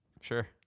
Sure